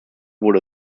wurde